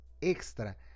extra